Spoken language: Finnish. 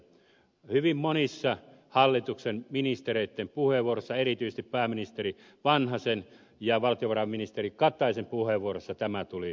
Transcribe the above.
hyvin monissa hallituksen ministereitten puheenvuoroissa erityisesti pääministeri vanhasen ja valtiovarainministeri kataisen puheenvuoroissa tämä tuli esille